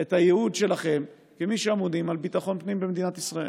את הייעוד שלכם כמי שממונים על ביטחון הפנים במדינת ישראל.